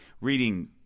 reading